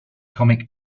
comic